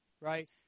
Right